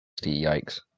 Yikes